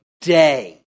day